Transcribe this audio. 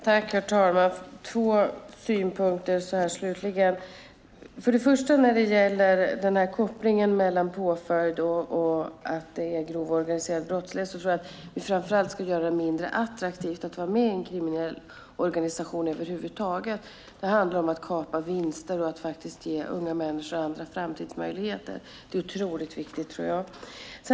Herr talman! Jag har två synpunkter slutligen. Först och främst beträffande kopplingen mellan påföljd och grov, organiserad brottslighet: Jag tycker framför allt att vi ska göra det mindre attraktivt att vara med i en kriminell organisation över huvud taget. Det handlar om att kapa vinster och att ge unga människor andra framtidsmöjligheter. Det tror jag är otroligt viktigt.